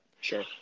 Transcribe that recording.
sure